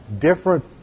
different